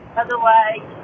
otherwise